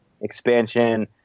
expansion